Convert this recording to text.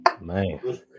Man